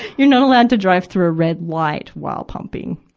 you're not allowed to drive through a red light while pumping.